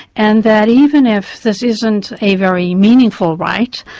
and that even if this isn't a very meaningful right,